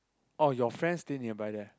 oh your friends stay nearby there